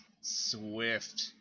swift